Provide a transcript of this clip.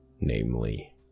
namely